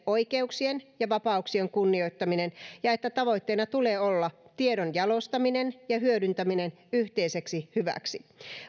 oikeuksien ja vapauksien kunnioittaminen ja että tavoitteena tulee olla tiedon jalostaminen ja hyödyntäminen yhteiseksi hyväksi